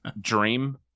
dream